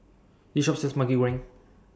This Shop sells Maggi Goreng